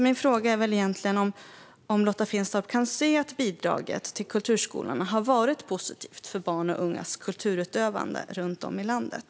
Min fråga är: Kan Lotta Finstorp se att bidraget till kulturskolorna har varit positivt för barns och ungas kulturutövande runt om i landet?